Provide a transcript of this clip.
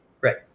Right